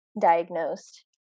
diagnosed